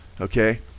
Okay